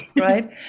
right